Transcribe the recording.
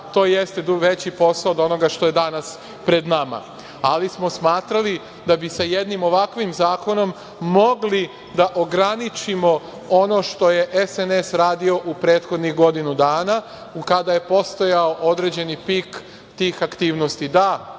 to jeste veći posao od onoga što je danas pred nama, ali smo smatrali da bi sa jednim ovakvim zakonom mogli da ograničimo ono što je SNS radio u prethodnih godinu dana, kada je postojao određeni pik tih aktivnosti. Da,